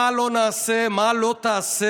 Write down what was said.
מה לא נעשה, מה לא תעשה